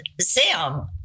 Sam